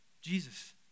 Jesus